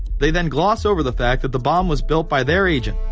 they then gloss over the fact that the bomb was built by their agent,